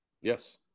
yes